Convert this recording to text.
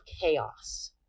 chaos